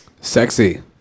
Sexy